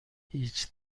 هیچ